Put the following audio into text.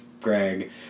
Greg